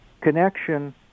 connection